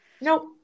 Nope